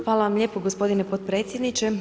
Hvala vam lijepo gospodine potpredsjedniče.